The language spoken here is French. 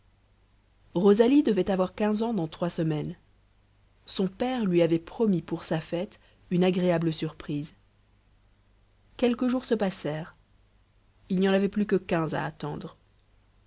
rosalie devait avoir quinze ans dans trois semaines son père lui avait promis pour sa fête une agréable surprise quelques jours se passèrent il n'y en avait plus que quinze à attendre